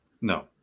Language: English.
no